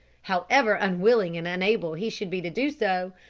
however unwilling and unable he should be to do so,